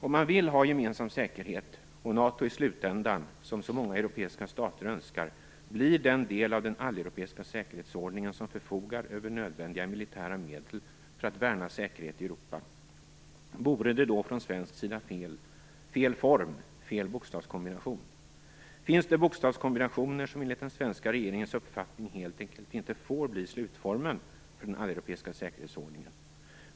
Om man vill ha gemensam säkerhet och om NATO i slutändan, som så många europeiska stater önskar, blir den del av den alleuropeiska säkerhetsordningen som förfogar över nödvändiga militära medel för att värna säkerheten i Europa - vore detta då från svensk sida fel form, fel bokstavskombination? Finns det bokstavskombinationer som enligt den svenska regeringens uppfattning helt enkelt inte får bli slutformen för den alleuropeiska säkerhetsordningen?